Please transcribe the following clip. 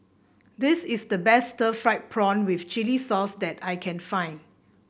this is the best Stir Fried Prawn with Chili Sauce that I can find